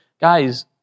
guys